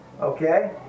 Okay